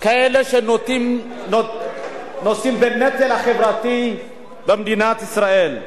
כאלה שנושאים בנטל החברתי במדינת ישראל.